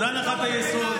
זו הנחת היסוד.